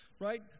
right